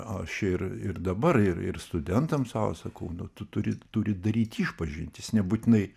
aš ir ir dabar ir ir studentams savo sakau nu tu turi turi daryt išpažintis nebūtinai